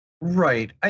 Right